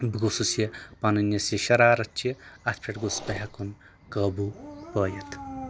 بہٕ گوٚژھُس یہِ پَنٕنۍ یۄس یہِ شرارت چھِ اَتھ پٮ۪ٹھ گوٚژھ بہٕ ہیٚکُن قٲبوٗ پٲیِتھ